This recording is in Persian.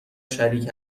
شریک